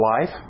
life